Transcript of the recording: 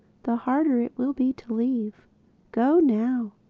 the harder it will be to leave go now.